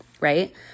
right